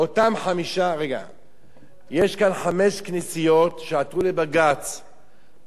יש חמש כנסיות שעתרו לבג"ץ ואמרו,